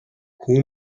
хүү